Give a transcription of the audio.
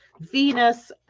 Venus